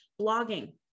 blogging